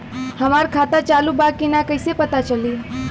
हमार खाता चालू बा कि ना कैसे पता चली?